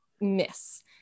miss